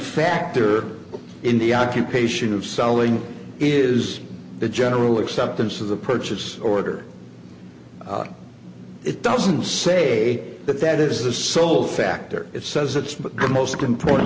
factor in the occupation of selling is the general acceptance of the purchase order it doesn't say that that is the sole factor it says it's but the most important